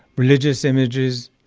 religious images,